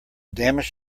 damage